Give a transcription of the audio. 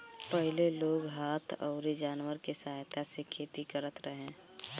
पहिले लोग हाथ अउरी जानवर के सहायता से खेती करत रहे